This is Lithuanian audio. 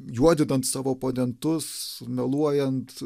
juodinant savo oponentus meluojant